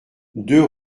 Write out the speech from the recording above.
deux